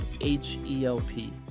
H-E-L-P